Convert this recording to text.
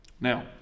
Now